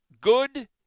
Good